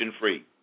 free